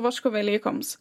vašku velykoms